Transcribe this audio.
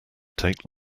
take